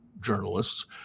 journalists